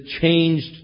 changed